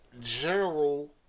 general